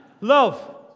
Love